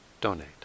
donate